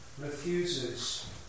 refuses